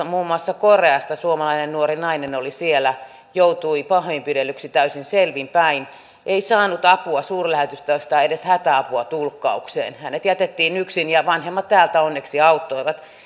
muun muassa koreasta suomalainen nuori nainen oli siellä joutui pahoinpidellyksi täysin selvin päin ei saanut apua suurlähetystöstä edes hätäapua tulkkaukseen hänet jätettiin yksin ja vanhemmat täältä onneksi auttoivat